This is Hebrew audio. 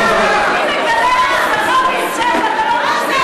היא מקללת, שרה בישראל, ואתה לא מוציא אותה?